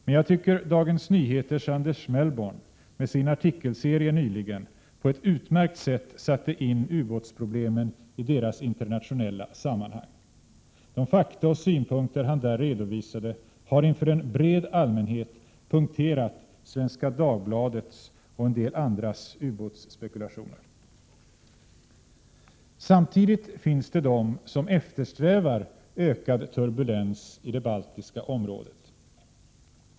Men jag tycker att Dagens Nyheters Anders Melbourn med sin artikelserie nyligen på ett utmärkt sätt satte in ubåtsproblemen i deras internationella sammanhang. De fakta och synpunkter han där redovisade har inför en bred allmänhet punkterat Svenska Dagbladets och en del andras ubåtsspekulationer. Samtidigt finns det de som eftersträvar ökad turbulens i det baltiska området.